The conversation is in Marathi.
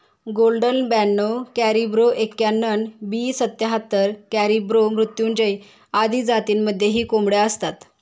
गोल्डन ब्याणव करिब्रो एक्याण्णण, बी सत्याहत्तर, कॅरिब्रो मृत्युंजय आदी जातींमध्येही कोंबड्या असतात